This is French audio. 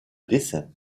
dessin